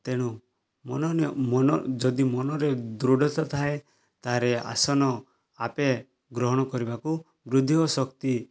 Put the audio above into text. ତେଣୁ ମାନ ଯଦି ମନରେ ଦୃଢ଼ତା ଥାଏ ତା'ହେଲେ ଆସନ ଆପେ ଗ୍ରହଣ କରିବାକୁ ବୃଦ୍ଧି ଓ ଶକ୍ତି